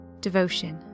Devotion